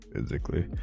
Physically